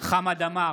חמד עמאר,